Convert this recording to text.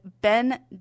Ben